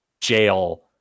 jail